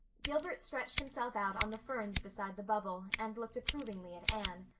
gilbert stretched himself out on the ferns beside the bubble and looked approvingly at anne.